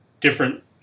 different